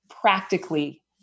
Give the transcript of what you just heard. practically